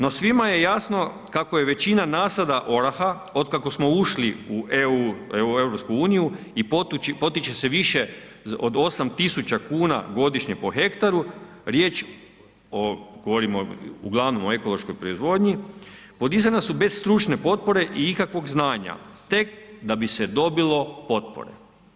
No svima je jasno kako je većina nasada oraha otkako smo ušli u EU i potiče se više od 8 tisuća kuna godišnje po hektaru riječ, govorimo uglavnom o ekološkoj proizvodnji podizana su bez stručne potpore i ikakvog znanja tek da bi se dobilo potpore.